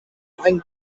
ein